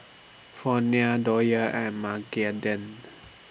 Fronia Dollye and Magdalen